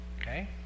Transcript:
Okay